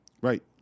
Right